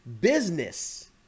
business